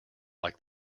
like